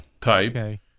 type